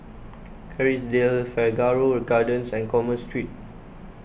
Kerrisdale Figaro Gardens and Commerce Street